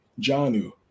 Janu